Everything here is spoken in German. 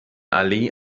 allee